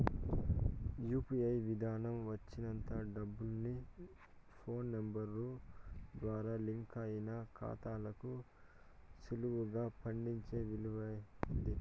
UPI విదానం వచ్చినంత డబ్బుల్ని ఫోన్ నెంబరు ద్వారా లింకయిన కాతాలకు సులువుగా పంపించే వీలయింది